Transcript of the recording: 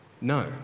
No